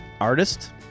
artist